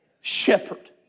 shepherd